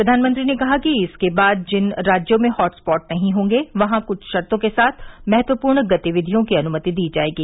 प्रधानमंत्री ने कहा कि इसके बाद जिन राज्यों में हॉटस्पॉट नहीं होंगे वहां कुछ शर्तो के साथ महत्वपूर्ण गतिविधियों की अनुमति दी जाएगी